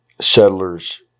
settlers